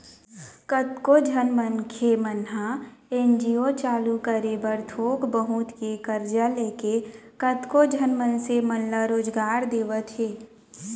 कतको झन मनखे मन ह एन.जी.ओ चालू करे बर थोक बहुत के करजा लेके कतको झन मनसे मन ल रोजगार देवत हे